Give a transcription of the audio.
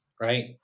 Right